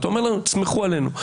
ואתה אומר לנו: תסמכו עלינו.